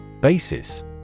Basis